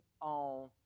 on